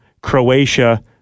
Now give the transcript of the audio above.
Croatia